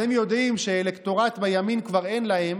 אז הם יודעים שאלקטורט בימין כבר אין להם,